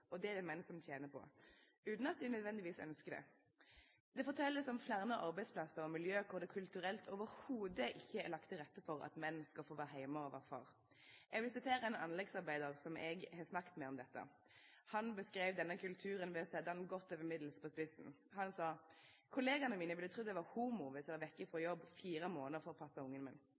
og det er det menn som tjener på – uten at de nødvendigvis ønsker det. Det fortelles om flere arbeidsplasser og miljøer hvor det kulturelt overhodet ikke er lagt til rette for at menn skal få være hjemme for å være far. En anleggsarbeider som jeg har snakket med om dette, beskrev denne kulturen ved å sette den godt over middels på spissen. Han sa: Kollegene mine ville trodd jeg var homo hvis jeg var borte fra jobb i fire måneder for å passe